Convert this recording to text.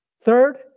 Third